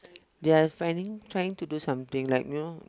they are finding trying to do something like you know